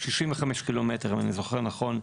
65 ק"מ אם אני זוכר נכון.